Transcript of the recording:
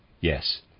Yes